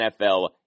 NFL